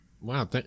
Wow